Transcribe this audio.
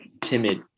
timid